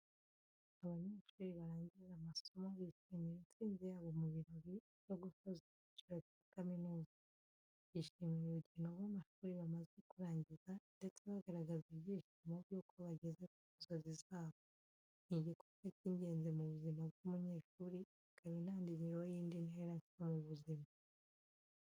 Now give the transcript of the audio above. Abanyeshuri barangije amasomo bishimira intsinzi yabo mu birori byo gusoza icyiciro cya kaminuza. Bishimira urugendo rw’amashuri bamaze kurangiza, ndetse bagaragaza ibyishimo by’uko bageze ku nzozi zabo. Ni igikorwa cy’ingenzi mu buzima bw’umunyeshuri, kikaba intangiriro y’indi ntera nshya mu buzima.